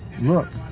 Look